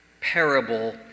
parable